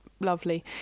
lovely